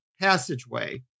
passageway